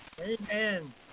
Amen